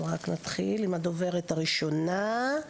נתחיל עם הדוברת הראשונה: